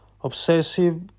obsessive